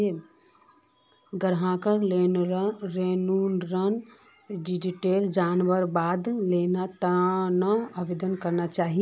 ग्राहकक लोनेर डिटेल जनवार बाद लोनेर त न आवेदन करना चाहिए